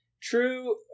true